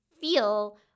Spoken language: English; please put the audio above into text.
feel